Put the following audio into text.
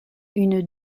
une